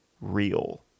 real